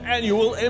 Annual